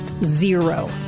Zero